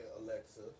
Alexa